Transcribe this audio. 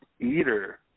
eater